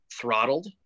throttled